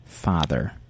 Father